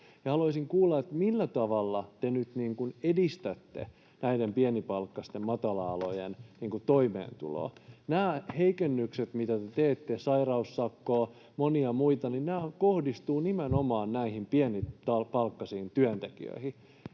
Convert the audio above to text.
Haluaisin kuulla, millä tavalla te nyt edistätte näiden pienipalkkaisten matala-alojen toimeentuloa. Nämä heikennykset, mitä te teette — sairaussakko, monia muita — kohdistuvat nimenomaan näihin pienipalkkaisiin työntekijöihin.